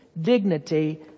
dignity